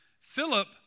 Philip